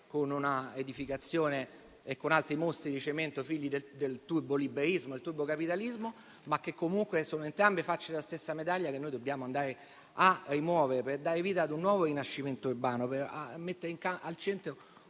con l'edificazione di altri mostri di cemento figli del turboliberismo e del turbocapitalismo. Comunque sono entrambe facce della stessa medaglia che noi dobbiamo andare a rimuovere per dare vita a un nuovo rinascimento urbano, per mettere al centro una nuova idea